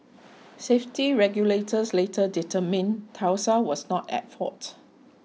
safety regulators later determined Tesla was not at fault